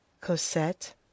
Cosette